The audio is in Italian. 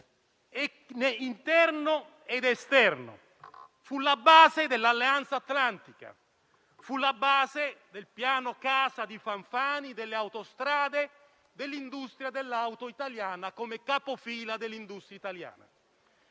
interno ed esterno. Fu la base dell'Alleanza atlantica; fu la base del Piano casa di Fanfani, delle autostrade, dell'industria dell'auto italiana come capofila dell'industria italiana.